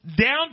down